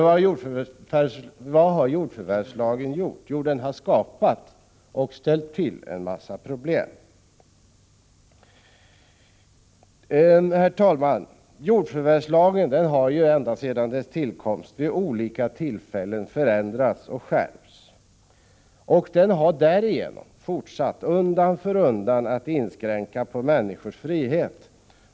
Vad har jordförvärvslagen medfört? Jo, den har skapat en mängd problem. Herr talman! Jordförvärvslagen har vid olika tillfällen förändrats och skärpts. Därigenom har den undan för undan inskränkt människors frihet.